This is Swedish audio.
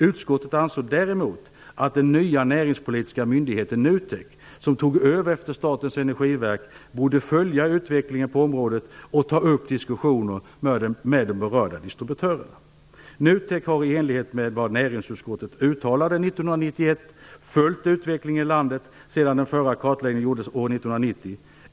Utskottet ansåg däremot att den nya näringspolitiska myndigheten NUTEK, som tog över efter Statens energiverk, borde följa utvecklingen på området och ta upp diskussioner med de berörda distributörerna. NUTEK har i enlighet med vad näringsutskottet uttalade år 1991 följt utvecklingen i landet sedan den förra kartläggningen gjordes år 1990.